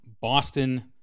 Boston